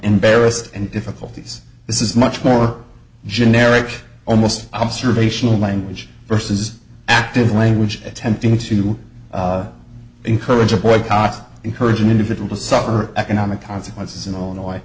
embarrassed and difficulties this is much more generic almost observational language versus active language attempting to encourage a boycott encourage an individual to suffer economic consequences in illinois